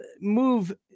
move